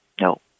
no